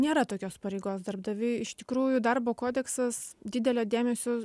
nėra tokios pareigos darbdaviui iš tikrųjų darbo kodeksas didelio dėmesio